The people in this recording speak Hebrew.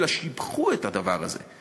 אלא שיבחו את הדבר הזה.